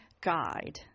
guide